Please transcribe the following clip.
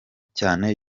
cyane